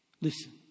Listen